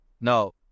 No